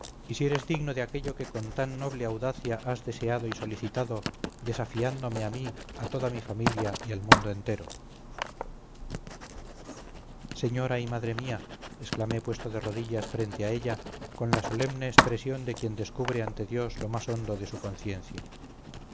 y si eres digno de aquello que con tan noble audacia has deseado y solicitado desafiándome a mí a toda mi familia y al mundo entero señora y madre mía exclamé puesto de rodillas frente a ella con la solemne expresión de quien descubre ante dios lo más hondo de su conciencia